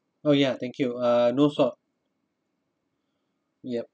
oh ya thank you uh no salt yup